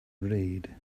read